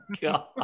God